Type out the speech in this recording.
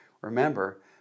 Remember